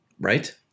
Right